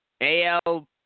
AL